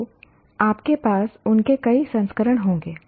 तो आपके पास उनके कई संस्करण होंगे